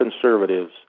conservatives